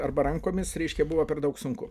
arba rankomis reiškia buvo per daug sunku